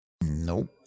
Nope